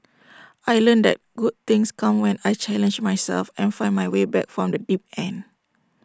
I learnt that good things come when I challenge myself and find my way back from the deep end